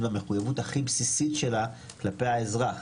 במחויבות הכי בסיסית שלה כלפי האזרח.